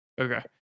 Okay